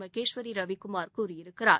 மகேஸ்வரி ரவிக்குமார் கூறியிருக்கிறார்